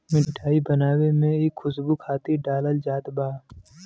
मिठाई बनावे में इ खुशबू खातिर डालल जात बा